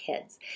kids